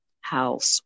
house